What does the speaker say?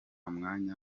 mwanya